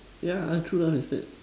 yeah find true love instead